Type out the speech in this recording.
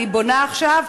אני בונה עכשיו,